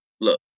look